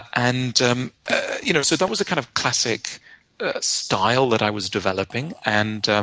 and um ah you know so that was a kind of classic style that i was developing and